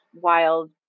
wild